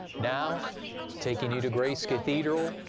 now taking you to grace cathedral.